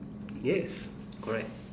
yes correct